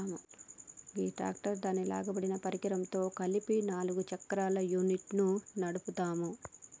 గీ tractor దాని లాగబడిన పరికరంతో కలిపి నాలుగు చక్రాల యూనిట్ను నడుపుతాము